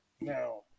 Now